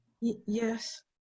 Yes